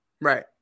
Right